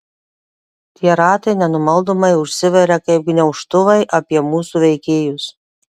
tie ratai nenumaldomai užsiveria kaip gniaužtuvai apie mūsų veikėjus